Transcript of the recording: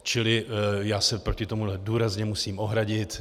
Čili já se proti tomu důrazně musím ohradit.